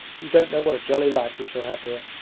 you don't know what a jolly life we shall have here.